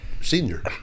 Senior